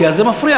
כי אז זה מפריע.